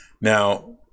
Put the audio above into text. now